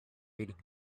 reading